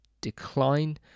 decline